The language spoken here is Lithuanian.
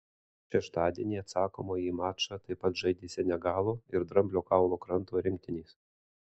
šeštadienį atsakomąjį mačą taip pat žaidė senegalo ir dramblio kaulo kranto rinktinės